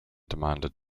demanded